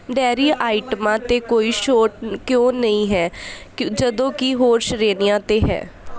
dairy ਆਈਟਮਾਂ 'ਤੇ ਕੋਈ ਛੋਟ ਕਿਉਂ ਨਹੀਂ ਹੈ ਜਦੋਂ ਕਿ ਹੋਰ ਸ਼੍ਰੇਣੀਆਂ 'ਤੇ ਹੈ